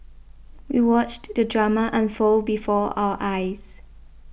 we watched the drama unfold before our eyes